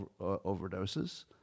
overdoses